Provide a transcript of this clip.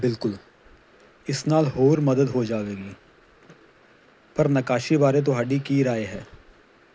ਬਿਲਕੁਲ ਇਸ ਨਾਲ ਹੋਰ ਮਦਦ ਹੋ ਜਾਵੇਗੀ ਪਰ ਨੱਕਾਸ਼ੀ ਬਾਰੇ ਤੁਹਾਡੀ ਕੀ ਰਾਏ ਹੈ